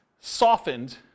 softened